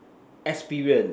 experience